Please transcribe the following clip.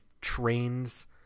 trains